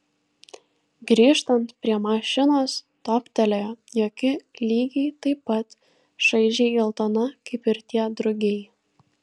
grįžtant prie mašinos toptelėjo jog ji lygiai taip pat šaižiai geltona kaip ir tie drugiai